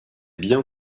bien